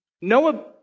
Noah